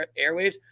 airwaves